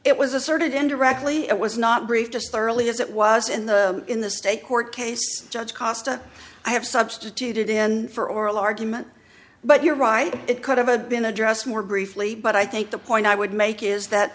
it was asserted indirectly it was not briefed just thoroughly as it was in the in the state court case judge costa i have substituted in for oral argument but you're right it could have a been addressed more briefly but i think the point i would make is that